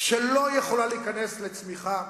שלא יכולה להיכנס לצמיחה,